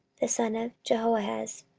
the son of jehoahaz,